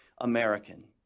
American